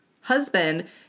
husband